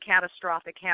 catastrophic